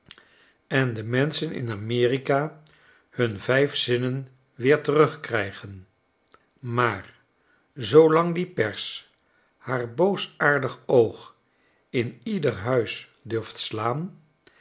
en de menschenin amerikahun vijf zinnen weer terugkrijgen maar zoolang die pers haar boosaardig oog in ieder huis durft slaan